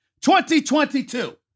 2022